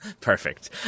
Perfect